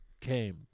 came